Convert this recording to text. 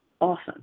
awesome